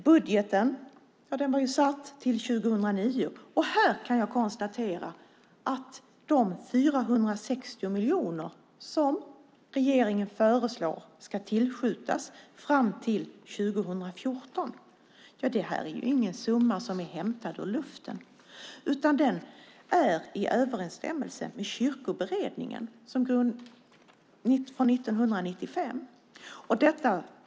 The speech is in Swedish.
Budgeten var ju satt till 2009, och här kan jag konstatera att de 460 miljoner som regeringen föreslår ska tillskjutas fram till 2014 inte är en summa som är hämtad ur luften. Den är i överensstämmelse med Kyrkoberedningens förslag 1995.